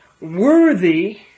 worthy